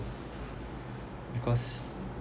because